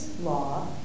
law